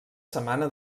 setmana